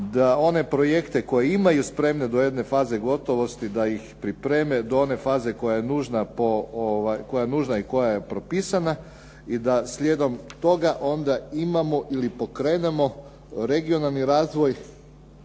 da one projekte koje imaju spremne do jedne faze gotovosti, da ih pripreme do one faze koja je nužna i koja je propisana i da slijedom toga onda imamo ili pokrenemo regionalni razvoj